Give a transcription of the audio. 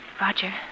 Roger